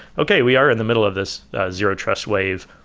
okay, we are in the middle of this zero-trust wave.